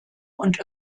und